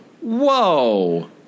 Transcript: Whoa